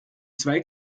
zwei